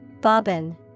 Bobbin